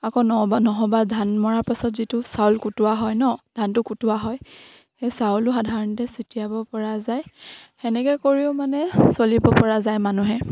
আকৌ ন নহ'বা ধান মৰাৰ পাছত যিটো চাউল কুটোৱা হয় ন ধানটো কুটোৱা হয় সেই চাউলো সাধাৰণতে ছিটিয়াব পৰা যায় সেনেকে কৰিও মানে চলিব পৰা যায় মানুহে